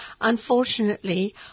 Unfortunately